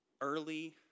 early